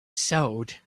sewed